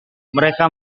mereka